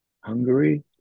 Hungary